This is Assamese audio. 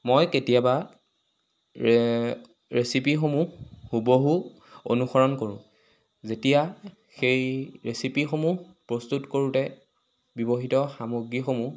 মই কেতিয়াবা ৰে ৰেচিপিসমূহ হুবহু অনুসৰণ কৰোঁ যেতিয়া সেই ৰেচিপিসমূহ প্ৰস্তুত কৰোঁতে ব্যৱহৃত সামগ্ৰীসমূহ